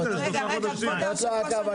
זאת לא הכוונה.